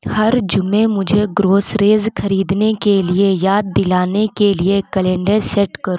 ہر جمعے مجھے گروسریز خریدنے کے لیے یاد دلانے کے لیے کیلنڈر سیٹ کرو